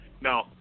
No